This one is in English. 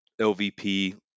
LVP